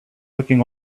looking